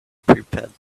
prepared